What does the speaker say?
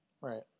Right